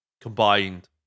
combined